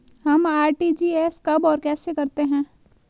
हम आर.टी.जी.एस कब और कैसे करते हैं?